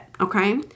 okay